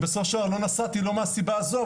ובסוף לא נסעתי לא מהסיבה הזו,